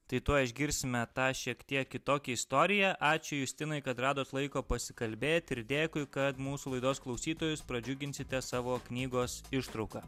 tai tuoj išgirsime tą šiek tiek kitokią istoriją ačiū justinai kad radot laiko pasikalbėti ir dėkui kad mūsų laidos klausytojus pradžiuginsite savo knygos ištrauka